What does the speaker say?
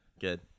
Good